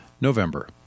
November